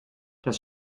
das